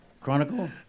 Chronicle